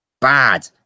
bad